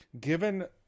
Given